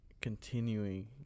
continuing